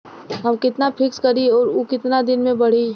हम कितना फिक्स करी और ऊ कितना दिन में बड़ी?